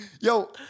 Yo